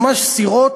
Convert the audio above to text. ממש כל מיני סירות,